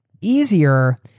easier